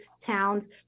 towns